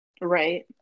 Right